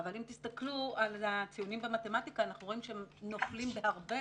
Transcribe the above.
אבל אם תסתכלו על הציונים במתמטיקה אנחנו רואים שהם נופלים בהרבה